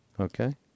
Okay